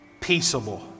peaceable